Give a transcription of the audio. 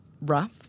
rough